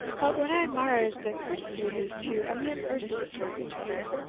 but what i admire is the courtesy of these two eminent persons towards each other.